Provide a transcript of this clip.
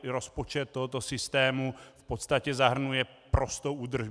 Rozpočet tohoto systému v podstatě zahrnuje prostou údržbu.